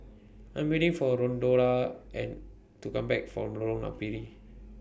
I Am waiting For Rolanda and to Come Back from Lorong Napiri